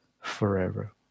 forever